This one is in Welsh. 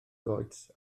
goets